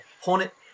Hornet